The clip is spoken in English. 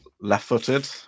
Left-footed